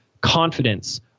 confidence